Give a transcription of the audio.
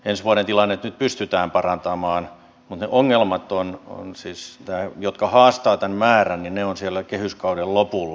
ensi vuoden tilannetta nyt pystytään parantamaan mutta ne ongelmat jotka haastavat tämän määrän ovat siellä kehyskauden lopulla